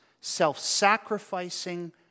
self-sacrificing